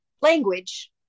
language